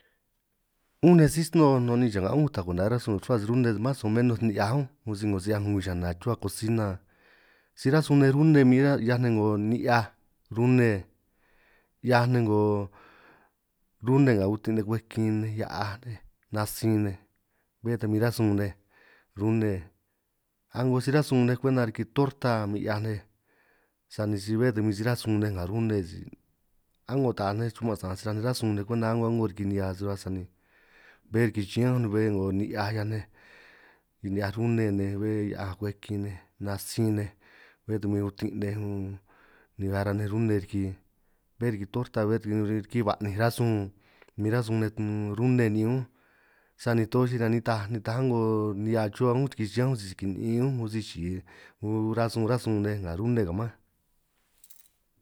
Unj nej sí sno'o nu ni'in cha'nga' unj ta kwenta rasun rruhua sij rune mas o menos ni'hiaj unj bin 'ngo si 'hiaj 'ngo ngwii chana, rruhua kosina si ranj sun nej rune min 'hiaj nej 'ngo ni'hiaj rune 'hia nej, 'ngo rune 'nga utin nej kwej kin hia'aj nej natsin nej bé ta min rasun nej, rune a'ngo si rasun nej kwenta riki torta min 'hiaj nej, sani si bé ta min si rasun nej nga rune si a'ngo taaj nej chuman' sta'anj, sani ranj sun nej kwenta a'ngo a'ngo riki nihiaa si rruhuaj, sani bé riki chiñánj unj ni bé 'ngo nihia 'hiaj nej ni'hiaj rune nej, bé hia'aj kwej kin nej natsin nej bé ta bin utinj nej, un ni ara nej rune riki bé riki torta bé riki riki ba'ninj rasun min rasun nej rune ni'in unj, sani toj si nitaj nitaj a'ngo nihia cha unj riki chiñán unj, sisi kini'in unj un si chi'i 'ngo rasun ranj su nga rune ka' mánj.